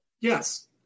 Yes